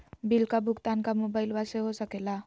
Bill का भुगतान का मोबाइलवा से हो सके ला?